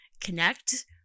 connect